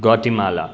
Guatemala